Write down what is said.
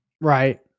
right